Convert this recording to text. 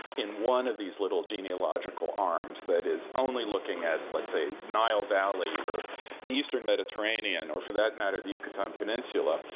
in one of these little genealogical arms that is only looking at, let's say, nile valley or the eastern mediterranean or, for that matter, the yucatan peninsula.